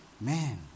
Man